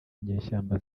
inyeshyamba